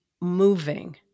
moving